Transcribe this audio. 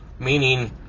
Meaning